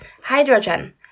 hydrogen